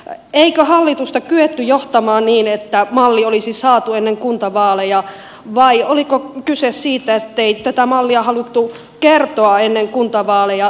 eikö hallitusta kyetty johtamaan niin että malli olisi saatu ennen kuntavaaleja vai oliko kyse siitä ettei tätä mallia haluttu kertoa ennen kuntavaaleja